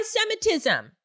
anti-Semitism